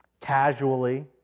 casually